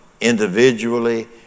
individually